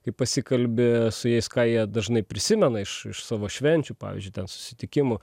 kai pasikalbi su jais ką jie dažnai prisimena iš iš savo švenčių pavyzdžiui ten susitikimų